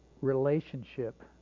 relationship